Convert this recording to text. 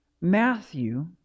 Matthew